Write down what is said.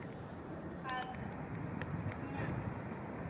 ᱟᱨ ᱤᱧᱟᱹᱜ